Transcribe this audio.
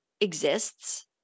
exists